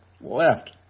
Left